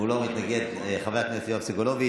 הוא לא מתנגד, חבר הכנסת יואב סגלוביץ'.